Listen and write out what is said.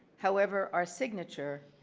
however, our signature,